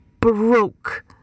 broke